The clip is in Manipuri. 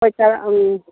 ꯍꯣꯏ ꯆꯥꯔꯛꯑꯝ